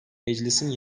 meclisin